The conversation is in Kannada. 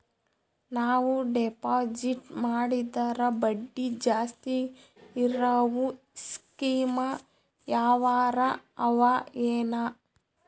ನಾವು ಡೆಪಾಜಿಟ್ ಮಾಡಿದರ ಬಡ್ಡಿ ಜಾಸ್ತಿ ಇರವು ಸ್ಕೀಮ ಯಾವಾರ ಅವ ಏನ?